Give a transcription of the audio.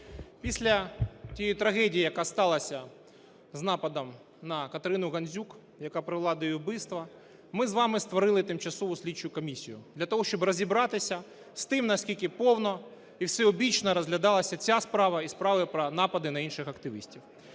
Після тієї трагедії, яка сталася, з нападом на КатеринуГандзюк, яка привела до її вбивства, ми з вами створили тимчасову слідчу комісію для того, щоби розібратися з тим, наскільки повно і всебічно розглядалася ця справа і справи про напади на інших активістів.